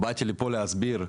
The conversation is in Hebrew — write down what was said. באתי לפה להסביר,